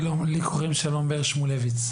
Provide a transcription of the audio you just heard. שלום, קוראים לי שלום בער שמולביץ.